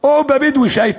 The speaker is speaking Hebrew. או הבדואי,